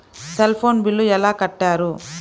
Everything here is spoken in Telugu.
సెల్ ఫోన్ బిల్లు ఎలా కట్టారు?